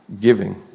giving